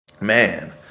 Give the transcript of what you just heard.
Man